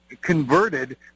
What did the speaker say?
Converted